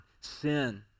sin